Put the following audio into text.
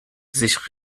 sich